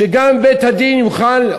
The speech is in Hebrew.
שגם בית-הדין יוכל,